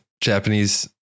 Japanese